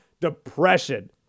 depression